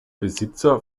besitzer